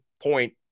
point